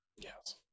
Yes